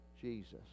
jesus